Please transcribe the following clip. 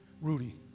Rudy